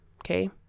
okay